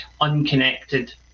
unconnected